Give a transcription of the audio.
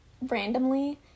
randomly